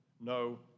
No